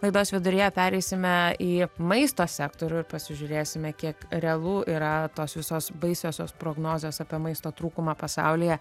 laidos viduryje pereisime į maisto sektorių ir pasižiūrėsime kiek realu yra tos visos baisiosios prognozės apie maisto trūkumą pasaulyje